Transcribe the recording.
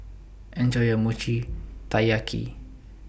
Enjoy your Mochi Taiyaki